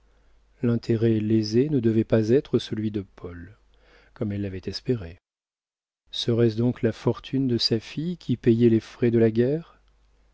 l'intérêt lésé ne devait pas être celui de paul comme elle l'avait espéré serait-ce donc la fortune de sa fille qui payait les frais de la guerre